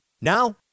Now